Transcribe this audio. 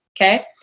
Okay